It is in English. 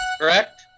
Correct